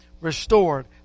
restored